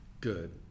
good